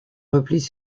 replient